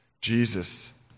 Jesus